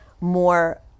more